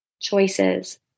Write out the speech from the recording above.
choices